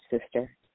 sister